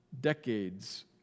Decades